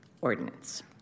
Ordinance